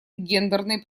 гендерной